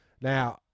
Now